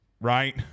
Right